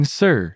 sir